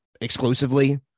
exclusively